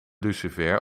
lucifer